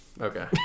Okay